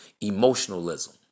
emotionalism